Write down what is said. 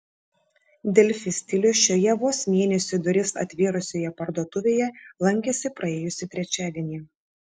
delfi stilius šioje vos mėnesiui duris atvėrusioje parduotuvėje lankėsi praėjusį trečiadienį